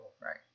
Right